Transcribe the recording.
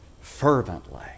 fervently